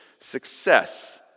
success